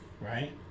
right